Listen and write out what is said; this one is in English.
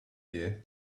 year